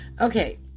Okay